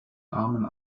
armen